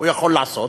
הוא יכול לעשות,